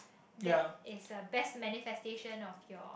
that is the best manifestation of your